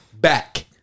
back